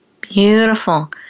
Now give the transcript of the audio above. Beautiful